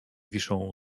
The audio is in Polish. wiszą